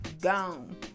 Gone